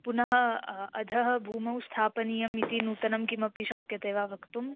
पुनः अधः भूमौ स्थापनीयम् इति नूतनं किमपि शक्यते वा वक्तुं